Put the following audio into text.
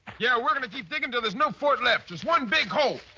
yeah we're gonna keep digging until. there's no fort left, just one big hole.